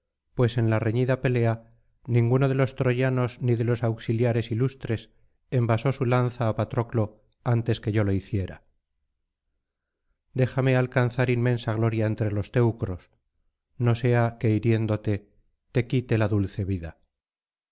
pues en la reñida pelea ninguno de los troyanos ni de los auxiliares ilustres envasó su lanza á patroclo antes que yo lo hiciera déjame alcanzar inmensa gloria entre los teucros no sea que hiriéndote te quite la dulce vida